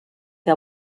que